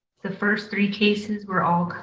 the first three cases were all